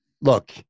look